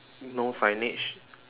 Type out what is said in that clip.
no signage